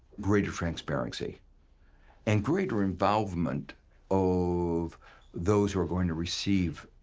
greater transparency and greater involvement of those who are going to receive,